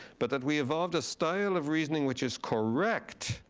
but that we evolved a style of reasoning, which is correct,